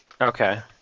Okay